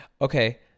okay